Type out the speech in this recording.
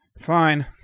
Fine